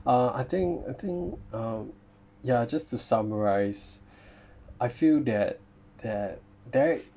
uh I think I think uh ya just to summarise I feel that that there